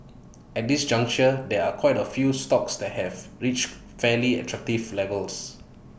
at this juncture there are quite A few stocks that have reached fairly attractive levels